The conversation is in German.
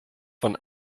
von